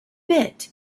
bit